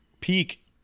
peak